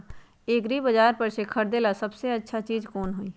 एग्रिबाजार पर से खरीदे ला सबसे अच्छा चीज कोन हई?